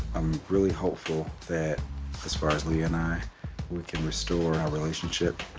i'm really hopeful that as far as leah and i, we can restore our relationship.